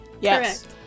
yes